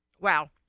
Wow